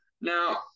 now